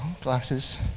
glasses